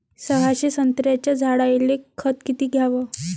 सहाशे संत्र्याच्या झाडायले खत किती घ्याव?